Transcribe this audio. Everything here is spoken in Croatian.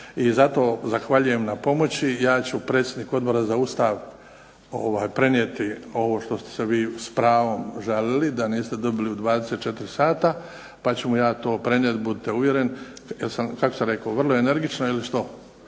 i zato zahvaljujem na pomoći. Ja ću predsjedniku Odbora za Ustav prenijeti ovo što ste se vi s pravom žalili da niste dobili u 24 sata, pa ću mu ja to prenijeti, budite uvjereni. Kako sam rekao? Vrlo energično ili što?